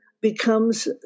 becomes